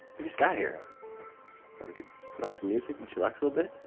you just got here. thought we could put on some music and chillax a little bit.